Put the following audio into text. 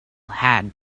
had